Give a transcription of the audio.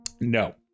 No